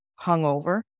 hungover